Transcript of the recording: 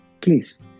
Please